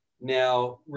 now